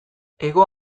hego